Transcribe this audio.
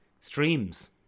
streams